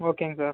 ஓகேங்க சார்